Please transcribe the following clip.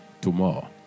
tomorrow